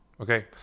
okay